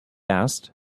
asked